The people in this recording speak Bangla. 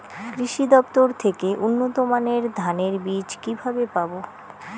কৃষি দফতর থেকে উন্নত মানের ধানের বীজ কিভাবে পাব?